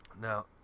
Now